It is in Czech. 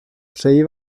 přeji